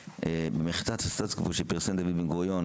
במכתב הסטטוס קוו שפרסם דוד בן גוריון